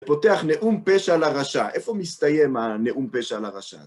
פותח נאום פשע לרשע. איפה מסתיים הנאום פשע לרשע?